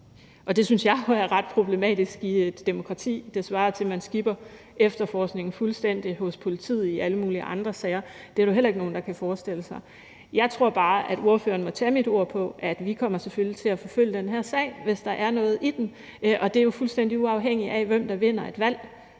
Og det synes jeg kunne være ret problematisk i et demokrati. Det svarer til, at man skipper efterforskningen fuldstændig hos politiet i alle mulige andre sager; det er der jo heller ikke nogen der kan forestille sig. Jeg tror bare, at ordføreren må tage mit ord for, at vi selvfølgelig kommer til at forfølge den her sag, hvis der er noget i den, og det er jo fuldstændig uafhængigt af, hvem der vinder et valg.